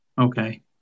Okay